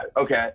okay